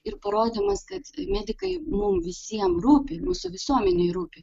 ir parodymas kad medikai mum visiem rūpi mūsų visuomenei rūpi